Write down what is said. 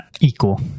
equal